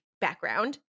background